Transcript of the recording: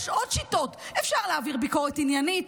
יש עוד שיטות: אפשר להעביר ביקורת עניינית,